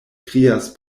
krias